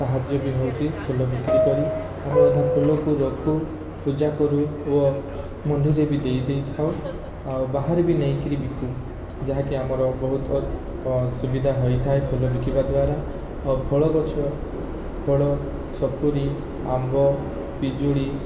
ସାହାଯ୍ୟ ବି ହେଉଛି ଫୁଲ ବିକ୍ରିକରି ଆମେ ଅଧା ଫୁଲକୁ ରଖୁ ପୂଜା କରୁ ଓ ମନ୍ଦିରେ ବି ଦେଇଦେଇ ଥାଉ ଆଉ ବାହାରେ ବି ନେଇକିରି ବିକୁ ଯାହାକି ଆମର ବହୁତ ସୁବିଧା ହେଇଥାଏ ଫୁଲ ବିକିବା ଦ୍ବାରା ଓ ଫଳଗଛ ଫଳ ସପୁରୀ ଆମ୍ବ ପିଜୁଳି